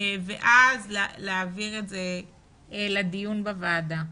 ואז להעביר את זה לדיון בוועדה.